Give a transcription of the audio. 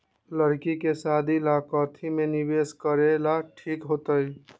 लड़की के शादी ला काथी में निवेस करेला ठीक होतई?